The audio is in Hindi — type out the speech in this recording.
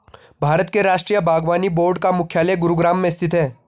भारत के राष्ट्रीय बागवानी बोर्ड का मुख्यालय गुरुग्राम में स्थित है